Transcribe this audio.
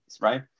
right